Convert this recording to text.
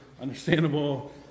understandable